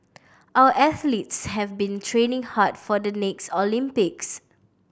our athletes have been training hard for the next Olympics